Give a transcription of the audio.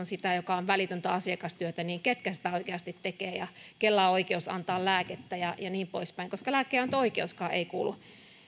sitä joka on välitöntä asiakastyötä niin ketkä sitä työtä oikeasti tekevät ja kellä on oikeus antaa lääkettä ja ja niin poispäin koska lääkkeenanto oikeuskaan ei kuulu